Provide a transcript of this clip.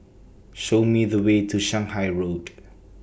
Show Me The Way to Shanghai Road